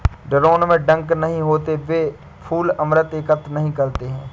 drone में डंक नहीं होते हैं, वे फूल अमृत एकत्र नहीं करते हैं